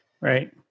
Right